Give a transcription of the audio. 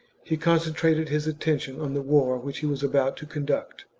he concentrated his attention on the war which he was about to conduct.